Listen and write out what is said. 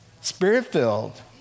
spirit-filled